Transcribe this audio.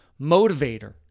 motivator